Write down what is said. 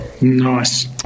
Nice